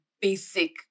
basic